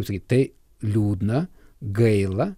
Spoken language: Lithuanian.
kaip sakyt tai liūdna gaila